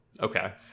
okay